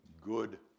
good